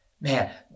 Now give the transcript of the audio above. man